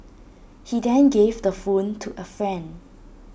he then gave the phone to A friend